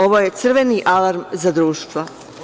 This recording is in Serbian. Ovo je crveni alarm za društvo.